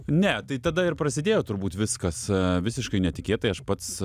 ne tai tada ir prasidėjo turbūt viskas visiškai netikėtai aš pats